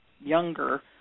younger